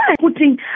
putting